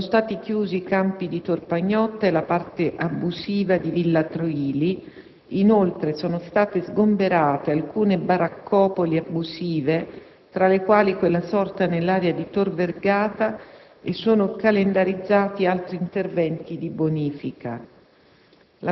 Sono stati chiusi i campi di Tor Pagnotta e la parte abusiva di Villa Traili, inoltre, sono state sgomberate alcune baraccopoli abusive, tra le quali quella sorta nell'area di Tor Vergata, e sono calendarizzati altri interventi di bonifica.